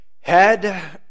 head